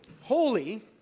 holy